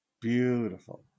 Beautiful